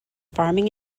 farming